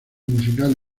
musical